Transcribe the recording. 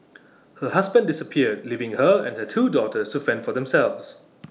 her husband disappeared leaving her and her two daughters to fend for themselves